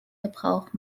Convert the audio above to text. gebrauch